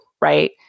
right